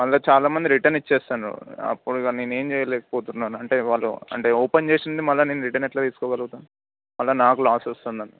వాళ్ళు చాలా మంది రిటన్ ఇచ్చేస్తున్నారు అప్పుడుగా నేనేమి చేయలేకపోతున్నాను అంటే వాళ్ళు అంటే ఓపెన్ చేసింది మళ్ళా నేను రిటన్ ఎట్లా తీసుకోగలగుతాను మళ్ళా నాకు లాస్ వస్తుంది